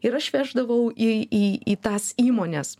ir aš veždavau į į į tas įmones